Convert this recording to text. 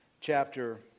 chapter